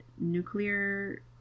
nuclear